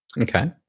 Okay